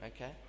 Okay